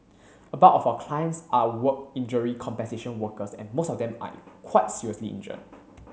a bulk of our clients are work injury compensation workers and most of them are quite seriously injured